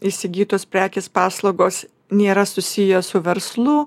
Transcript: įsigytos prekės paslaugos nėra susiję su verslu